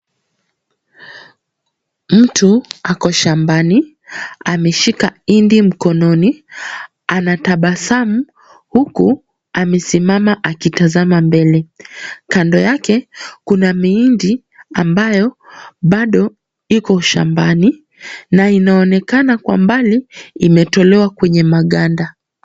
Mtu ako shambani. Ameshika hindi mkononi. Anatabasamu huku amesimama akitazama mbele. Kando yake kuna mihindi ambayo bado iko shambani na inaonekana kwa mbali imetolewa kwenye maganda.